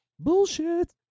Bullshit